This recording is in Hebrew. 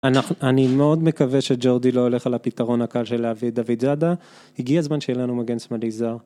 אנחנו... אני מאוד מקווה שג'ורדי לא הולך על הפתרון הקל של להביא את דוידזאדה, הגיע הזמן שיהיה לנו מגן סמלי זר.